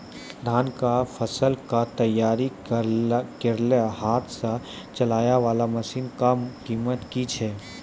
धान कऽ फसल कऽ तैयारी करेला हाथ सऽ चलाय वाला मसीन कऽ कीमत की छै?